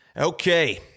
Okay